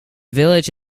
village